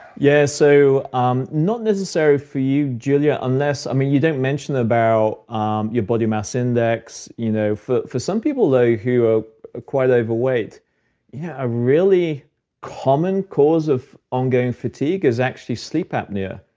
yeah so um not necessary for you, julia, unless, i mean, you don't mention about um your body mass index. you know for for some people, though, who are ah quite overweight yeah a really common cause of ongoing fatigue is actually sleep apnea.